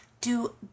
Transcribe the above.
Do